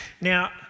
Now